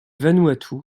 vanuatu